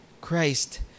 Christ